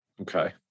Okay